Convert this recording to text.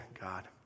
God